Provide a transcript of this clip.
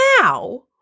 now